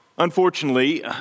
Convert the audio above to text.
Unfortunately